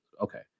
Okay